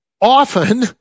often